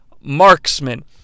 marksman